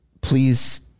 please